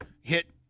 hit